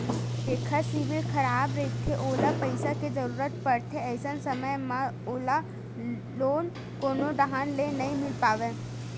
जेखर सिविल खराब रहिथे ओला पइसा के जरूरत परथे, अइसन समे म ओला लोन कोनो डाहर ले नइ मिले पावय